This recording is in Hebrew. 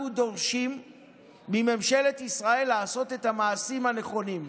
אנחנו דורשים מממשלת ישראל לעשות את המעשים הנכונים.